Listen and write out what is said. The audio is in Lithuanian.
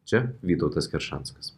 čia vytautas keršanskas